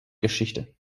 geschichte